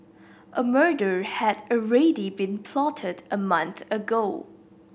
a murder had already been plotted a month ago